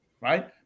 right